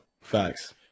facts